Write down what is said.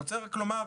אני רוצה רק לומר,